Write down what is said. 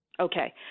Okay